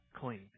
clean